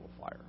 fire